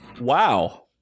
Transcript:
Wow